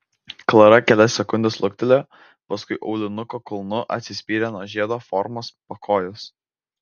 klara kelias sekundes luktelėjo paskui aulinuko kulnu atsispyrė nuo žiedo formos pakojos